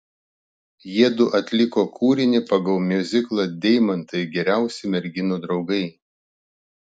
jiedu atliko kūrinį pagal miuziklą deimantai geriausi merginų draugai